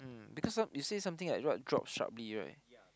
mm because some you say something like what drop sharply right